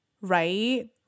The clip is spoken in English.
right